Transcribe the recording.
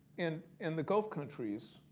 and in the gulf countries,